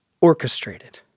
orchestrated